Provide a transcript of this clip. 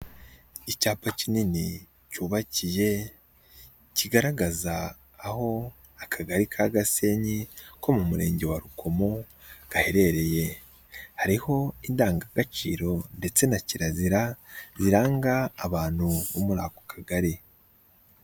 Icyapa kinini cyubakiye kigaragaza aho akagari ka gasenyi ko mu murenge wa rukomo gaherereye ,hariho ho indangagaciro ndetse na kirazira biranga abantu bo muri ako kagari.